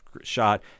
shot